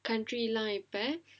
country life இப்ப:ippa